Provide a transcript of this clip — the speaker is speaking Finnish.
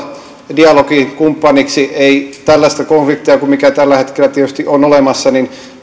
dialogikumppaniksi ei tällaista konfliktia kuin se mikä tällä hetkellä tietysti on olemassa